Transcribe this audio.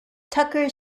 tucker